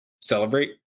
celebrate